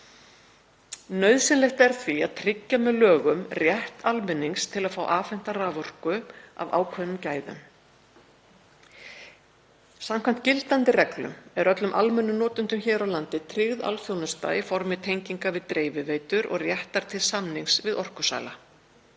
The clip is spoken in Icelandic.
Nauðsynlegt er því að tryggja með lögum rétt almennings til að fá afhenta raforku af ákveðnum gæðum. Samkvæmt gildandi reglum er öllum almennum notendum hér á landi tryggð alþjónusta í formi tenginga við dreifiveitur og réttar til samnings við orkusala.